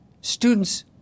students